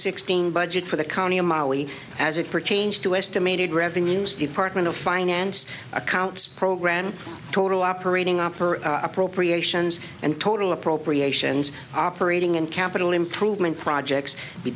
sixteen budget for the county of mali as it pertains to estimated revenues department of finance accounts program total operating operate appropriations and total appropriations operating and capital improvement projects